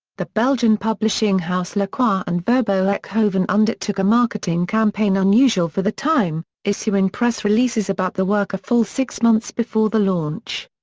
the belgian publishing house lacroix and verboeckhoven undertook a marketing campaign unusual for the time, issuing press releases about the work a full six months before the launch.